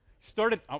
started